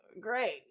great